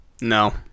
No